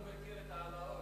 הוא מכיר את ההעלאות.